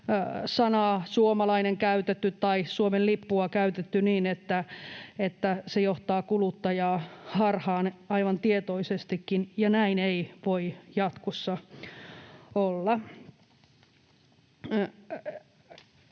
sanaa ”suomalainen” käytetty tai Suomen lippua käytetty niin, että se johtaa kuluttajaa harhaan aivan tietoisestikin. Näin ei voi jatkossa olla.